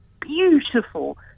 beautiful